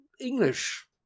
English